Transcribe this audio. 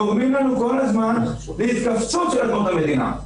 גורמים לנו כל הזמן להתכווצות של אדמות המדינה.